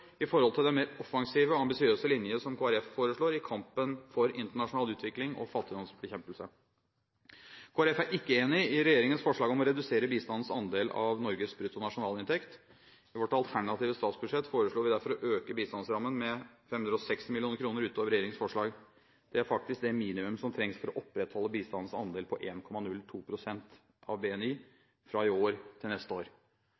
i forhold til den mer offensive og ambisiøse linje som Kristelig Folkeparti foreslår i kampen for internasjonal utvikling og fattigdomsbekjempelse. Kristelig Folkeparti er ikke enig i regjeringens forslag om å redusere bistandens andel av Norges bruttonasjonalinntekt. I vårt alternative statsbudsjett foreslår vi derfor å øke bistandsrammen med 560 mill. kr ut over regjeringens forslag. Det er faktisk det minimum som trengs for å opprettholde bistandens andel på 1,02 pst. av BNI fra i år